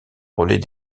relais